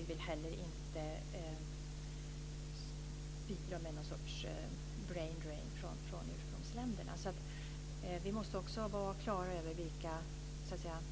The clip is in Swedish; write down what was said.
Vi vill heller inte bidra med någon brain drain från ursprungsländerna. Vi måste vara klara över